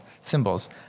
symbols